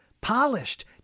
polished